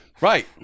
Right